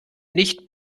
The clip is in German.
nicht